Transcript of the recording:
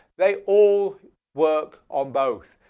they all work on both.